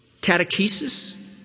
catechesis